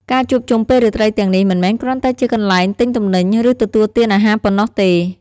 ការជួបជុំពេលរាត្រីទាំងនេះ មិនមែនគ្រាន់តែជាកន្លែងទិញទំនិញ ឬទទួលទានអាហារប៉ុណ្ណោះទេ។